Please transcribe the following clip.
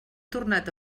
tornat